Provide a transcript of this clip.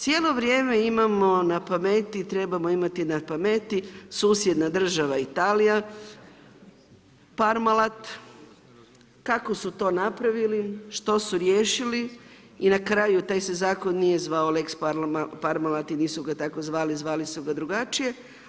Cijelo vrijeme imamo na pameti, trebamo imati na pameti susjedna država Italija, Paramalat, kako su to napravili, što su riješili i na kraju taj se zakon nije zvao lex-Paramalat i nisu ga tako zvali, zvali su ga drugačije.